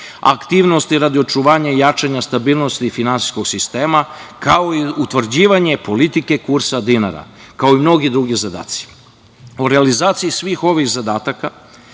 aktivnosti radi očuvanja i jačanja stabilnosti finansijskog sistema, kao i utvrđivanje politike kursa dinara, kao i mnogi drugi zadaci. O realizaciji svih ovih zadataka,